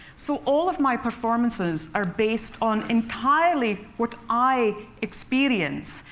so all of my performances are based on entirely what i experience,